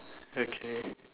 okay